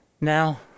Now